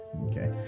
Okay